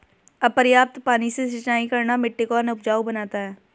अपर्याप्त पानी से सिंचाई करना मिट्टी को अनउपजाऊ बनाता है